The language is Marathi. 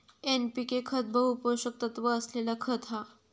एनपीके खत बहु पोषक तत्त्व असलेला खत हा